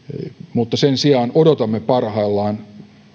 mutta sen sijaan odotamme parhaillaan